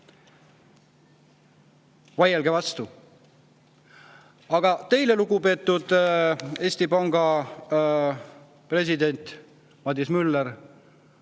Vaielge vastu! Aga teile, lugupeetud Eesti Panga president Madis Müller,